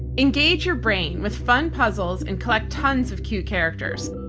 engage your brain with fun puzzles and collect tons of cute characters.